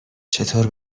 چطور